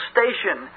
Station